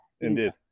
Indeed